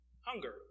Hunger